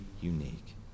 unique